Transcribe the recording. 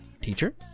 teacher